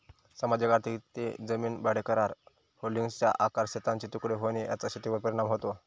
सामाजिक आर्थिक ते जमीन भाडेकरार, होल्डिंग्सचा आकार, शेतांचे तुकडे होणे याचा शेतीवर परिणाम होतो